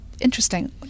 interesting